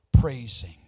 praising